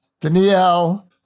Danielle